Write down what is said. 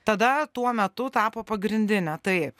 tada tuo metu tapo pagrindine taip